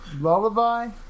Lullaby